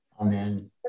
Amen